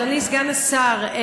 אדוני סגן השר,